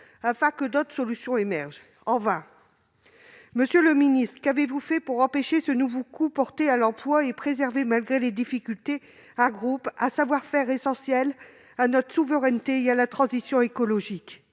afin que d'autres solutions émergent. En vain ! Monsieur le secrétaire d'État, qu'avez-vous fait pour empêcher ce nouveau coup porté à l'emploi et pour préserver, malgré les difficultés, un groupe et un savoir-faire essentiels à notre souveraineté et à la transition écologique ?